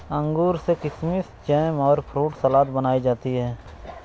अंगूर से किशमिस जैम और फ्रूट सलाद बनाई जाती है